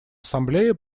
ассамблея